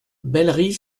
bellerive